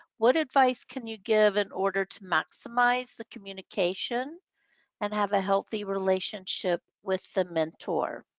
what advice can you give in order to maximize the communication and have a healthy relationship with the mentor?